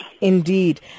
Indeed